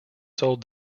sold